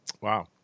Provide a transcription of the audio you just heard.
Wow